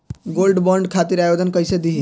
Gold bond खातिर आवेदन कैसे दिही?